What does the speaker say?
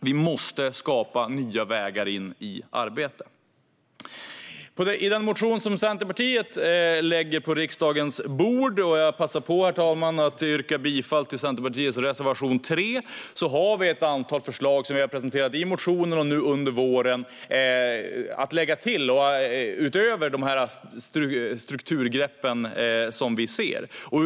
Vi måste skapa nya vägar in i arbete. I den motion som Centerpartiet har lagt fram - jag passar på att yrka bifall till Centerpartiets reservation 3 - finns ett antal förslag som vi har presenterat under våren, utöver de strukturgrepp som vi ser behövs.